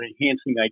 enhancing